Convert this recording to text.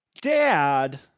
Dad